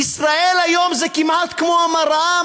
"ישראל היום" זה כמעט כמו: מראה,